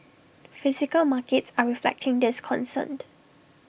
physical markets are reflecting this concerned